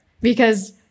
because-